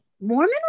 Mormon